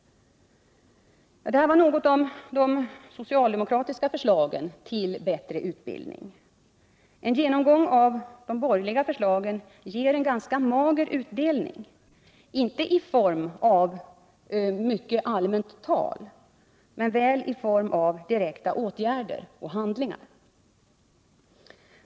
Detta var något om de socialdemokratiska förslagen till bättre utbildning. En genomgång av de borgerliga förslagen ger en ganska mager utdelning — inte i form av mycket allmänt tal, men väl i form av direkta åtgärder och handlingar.